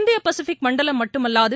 இந்திய பசிபிக் மண்டலம் மட்டுமல்லாது